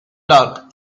dark